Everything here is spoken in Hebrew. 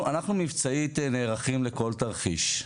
אנחנו מבצעית נערכים לכל תרחיש.